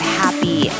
happy